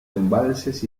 embalses